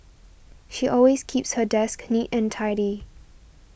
she always keeps her desk neat and tidy